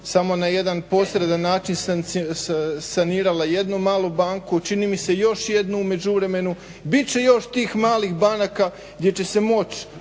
samo na jedan posredan način sanirala jednu malu banku, čini mi se još jednu u međuvremenu, bit će još tih malih banaka gdje će se moć